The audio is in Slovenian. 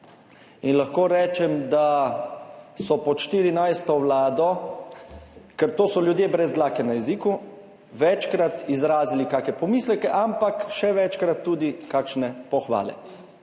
in lahko rečem, da so pod 14. vlado, ker to so ljudje brez dlake na jeziku, večkrat izrazili kake pomisleke, ampak še večkrat tudi kakšne pohvale.